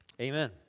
Amen